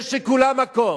יש לכולם מקום,